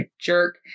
jerk